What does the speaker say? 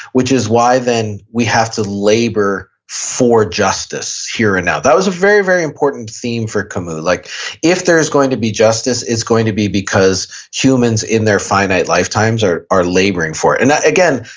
which is why then we have to labor for justice here and now. that was a very, very important theme for camus. like if there's going to be justice is going to be because humans in their finite lifetimes or are laboring for it. and again,